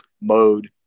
mode